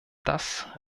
das